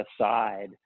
aside